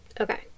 Okay